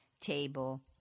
table